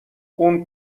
اون